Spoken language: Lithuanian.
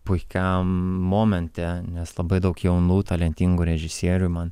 puikiam momente nes labai daug jaunų talentingų režisierių man